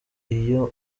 iyo